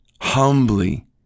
humbly